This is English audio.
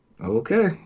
Okay